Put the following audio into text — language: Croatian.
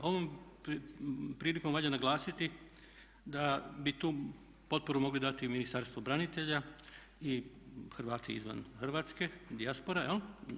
Ovom prilikom valja naglasiti da bi tu potporu mogli dati Ministarstvo branitelja i Hrvati izvan Hrvatske, dijaspora jel'